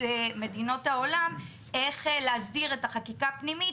העולם איך להסדיר את החקיקה הפנימית,